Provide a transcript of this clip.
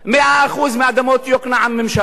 100% אדמות יוקנעם, ממשלה.